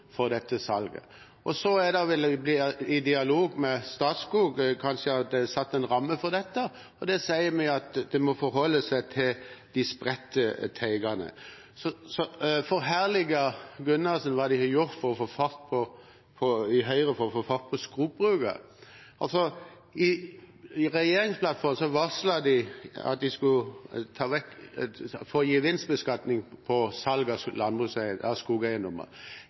for 2010–2011 – den er behandlet – og der det står helt tydelig at «spredte skogteiger» skal legges til grunn for dette salget. Så vil det, i dialog med Statskog, kanskje, bli satt en ramme for dette, og der sier vi at en må forholde seg til de spredte teigene. Så forherliger Gundersen hva Høyre har gjort for å få fart på skogbruket. I regjeringsplattformen varslet de at de skulle redusere gevinstbeskatningen på salg av skogeiendommer.